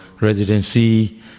residency